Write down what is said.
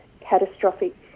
catastrophic